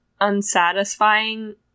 unsatisfying